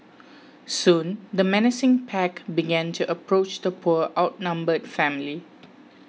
soon the menacing pack began to approach the poor outnumbered family